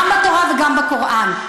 לא בתורה ולא בקוראן.